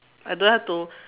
I don't have to